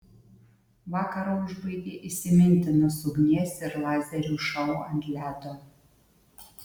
vakarą užbaigė įsimintinas ugnies ir lazerių šou ant ledo